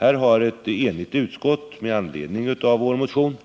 Här har ett enigt utskott med anledning av vår motion